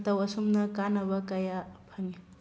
ꯃꯇꯧ ꯑꯁꯨꯝꯅ ꯀꯥꯟꯅꯕ ꯀꯌꯥ ꯐꯪꯉꯤ